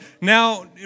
Now